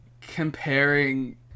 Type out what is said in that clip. comparing